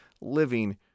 living